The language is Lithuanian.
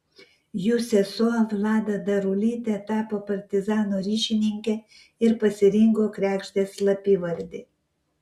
jų sesuo vlada darulytė tapo partizanų ryšininkė ir pasirinko kregždės slapyvardį